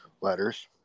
letters